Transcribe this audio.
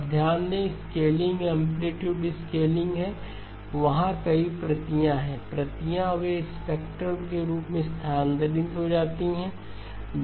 अब ध्यान दें कि स्केलिंग है एंप्लीट्यूड स्केलिंग है वहाँ कई प्रतियां हैं प्रतियां वे स्पेक्ट्रल रूप से स्थानांतरित हो जाती हैं